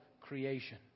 creation